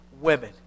women